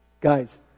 guys